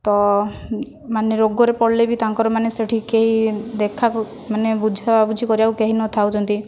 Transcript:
ତ ମାନେ ରୋଗରେ ପଡ଼ିଲେ ବି ତାଙ୍କର ମାନେ ସେଠି କେହି ଦେଖା ମାନେ ବୁଝାବୁଝି କରିବାକୁ କେହି ନଥାଉଛନ୍ତି